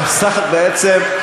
בעצם,